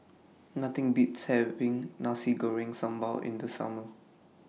Nothing Beats having Nasi Goreng Sambal in The Summer